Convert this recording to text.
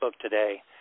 today